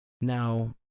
Now